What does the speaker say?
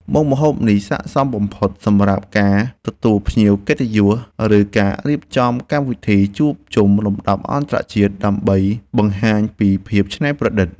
មុខម្ហូបនេះស័ក្តិសមបំផុតសម្រាប់ការទទួលភ្ញៀវកិត្តិយសឬការរៀបចំកម្មវិធីជួបជុំលំដាប់អន្តរជាតិដើម្បីបង្ហាញពីភាពច្នៃប្រឌិត។